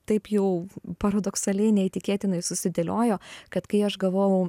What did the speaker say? taip jau paradoksaliai neįtikėtinai susidėliojo kad kai aš gavau